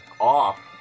off